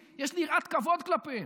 יש לי יראת כבוד כלפיהם.